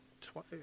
twice